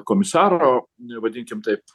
komisaro vadinkim taip